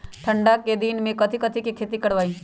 ठंडा के दिन में कथी कथी की खेती करवाई?